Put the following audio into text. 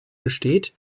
besteht